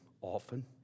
often